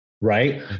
Right